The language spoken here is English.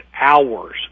hours